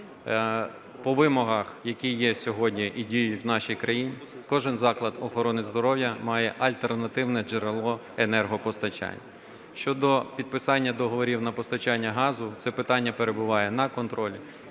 По вимогах, які є сьогодні і діють в нашій країні, кожен заклад охорони здоров'я має альтернативне джерело енергопостачання. Щодо підписання договорів на постачання газу це питання перебуває на контролі,